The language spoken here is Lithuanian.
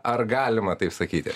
ar galima taip sakyti